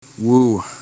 Woo